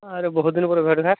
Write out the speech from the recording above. ହଁ ରେ ବହୁତ ଦିନ ପରେ ଭେଟ୍ ଭାଟ୍